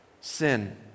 sin